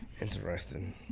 Interesting